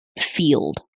field